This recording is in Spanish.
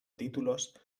títulos